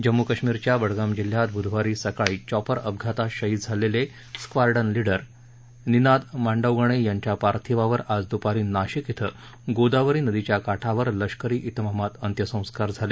जम्मू काश्मीरच्या बडगाम जिल्ह्यात ब्धवारी सकाळी चॉपर अपघातात शहीद झालेले स्क्वाड्रन लीडर निनाद मांडवगणे यांच्या पार्थिवावर आज द्पारी नाशिक इथं गोदावरी नदीच्या काठावर लष्करी इतमामात अंत्यसंस्कार झाले